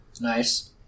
Nice